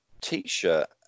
t-shirt